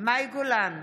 מאי גולן,